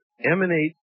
emanate